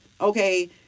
okay